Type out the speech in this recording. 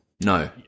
No